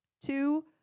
Two